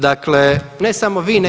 Dakle, ne samo vi nego…